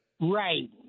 Right